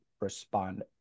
respond